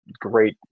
great